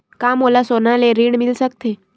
का मोला सोना ले ऋण मिल सकथे?